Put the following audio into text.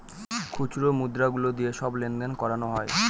খুচরো মুদ্রা গুলো দিয়ে সব লেনদেন করানো হয়